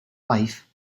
life